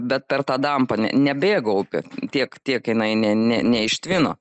bet ar tą dampą ne nebėgo upė tiek tiek jinai ne ne ne ištvino